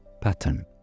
pattern